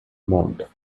moaned